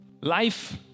life